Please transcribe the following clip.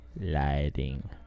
lighting